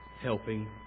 helping